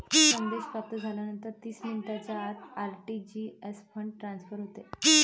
संदेश प्राप्त झाल्यानंतर तीस मिनिटांच्या आत आर.टी.जी.एस फंड ट्रान्सफर होते